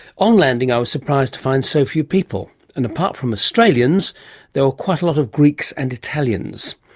on landing i was surprised to find so few people. and apart from australians there were quite a lot of greeks and italians.